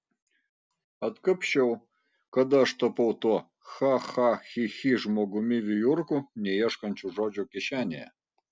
atkapsčiau kada aš tapau tuo cha cha chi chi žmogumi vijurku neieškančiu žodžio kišenėje